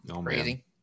crazy